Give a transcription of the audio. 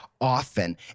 often